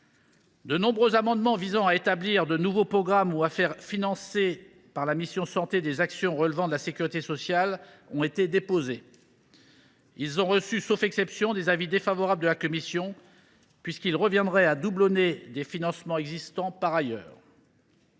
De nombreux amendements visant à créer de nouveaux programmes ou à faire financer par la mission « Santé » des actions relevant de la sécurité sociale ont été déposés ; ils ont reçu, sauf exception, des avis défavorables de la commission, dans la mesure où ils viendraient doublonner des financements existants par ailleurs.